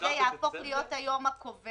זה יהפוך להיות היום הקובע.